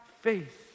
faith